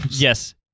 Yes